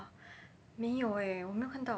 没有耶我没有看到